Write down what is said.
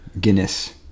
guinness